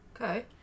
Okay